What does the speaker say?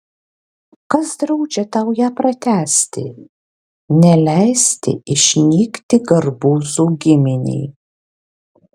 kas draudžia tau ją pratęsti neleisti išnykti garbuzų giminei